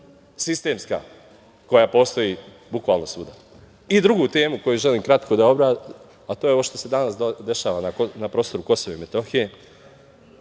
sistemska, koja postoji bukvalno svuda. Drugu temu koju želim kratko da obradim, a to je ono što se danas dešava na prostoru Kosova i Metohije.